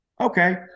Okay